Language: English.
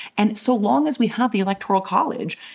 and so, long as we have the electoral college,